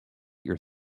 your